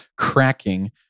cracking